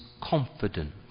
confident